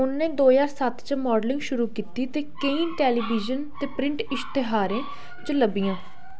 उ'नें दो ज्हार सत्त च माडलिंग शुरू कीती ते केईं टेलीविजन ते प्रिंट इश्तेहारें च लब्भियां